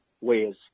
ways